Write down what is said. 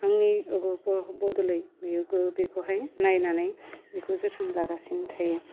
आंनि ब ब बद'लै बियो गो बेखौहाय नायनानै बेखौ जोथोन लागासिनो थायो